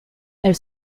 elle